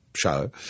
show